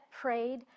prayed